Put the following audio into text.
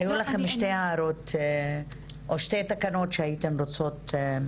היו לכן שתי הערות או שתי תקנות שהייתן רוצות.